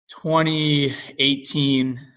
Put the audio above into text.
2018